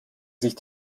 sich